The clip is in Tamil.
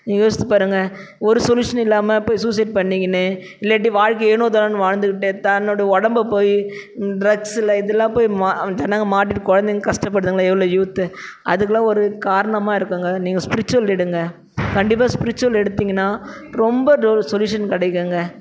நீங்கள் யோசித்து பாருங்க ஒரு சொல்யூஷன் இல்லாமல் போய் சூசைட் பண்ணிக்கின்னு இல்லாட்டி வாழ்க்கை ஏனோ தானோன்னு வாழ்ந்துக்கிட்டு தன்னோட உடம்பை போய் ட்ரக்ஸில் இதலாம் போய் மா ஜனங்கள் மாட்டிகிட்டு குழந்தைங்க கஷ்டப்படுதுங்களே எவ்வளோ யூத்து அதுக்கெலாம் ஒரு காரணமாக இருக்குதுங்க நீங்கள் ஸ்ப்ரிச்சுவல் எடுங்க கண்டிப்பாக ஸ்ப்ரிச்சுவல் எடுத்தீங்கன்னால் ரொம்ப டொ சொல்யூஷன் கிடைக்குங்க